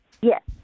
Yes